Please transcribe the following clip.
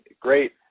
Great